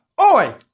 Oi